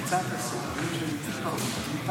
להלן תוצאות ההצבעה: 51 בעד,